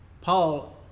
Paul